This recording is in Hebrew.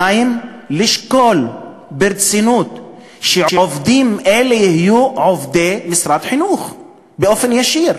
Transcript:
2. לשקול ברצינות שעובדים אלה יהיו עובדי משרד החינוך באופן ישיר,